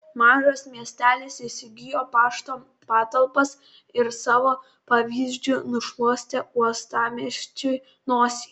mažas miestelis įsigijo pašto patalpas ir savo pavyzdžiu nušluostė uostamiesčiui nosį